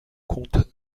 compte